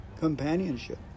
companionship